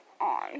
on